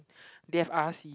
they have R_C